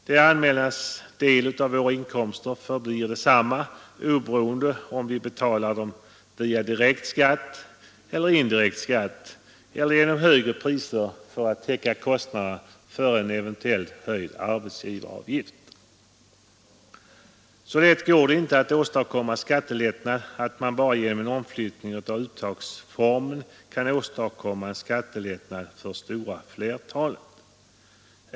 Det allmännas del av våra inkomster förblir densamma oberoende av om vi betalar beloppen via direkt skatt eller indirekt skatt eller genom högre priser för att täcka kostnaderna för en eventuellt höjd arbetsgivaravgift. Så lätt går det inte att åstadkomma skattelättnad att man bara genom en omflyttning av uttagsformen kan åstadkomma en skattelättnad för det stora flertalet.